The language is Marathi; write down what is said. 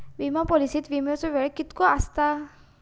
विमा पॉलिसीत विमाचो वेळ कीतको आसता?